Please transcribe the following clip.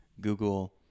Google